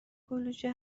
کلوچه